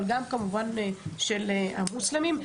אבל גם כמובן של המוסלמים.